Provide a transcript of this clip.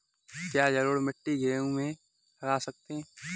क्या जलोढ़ मिट्टी में गेहूँ लगा सकते हैं?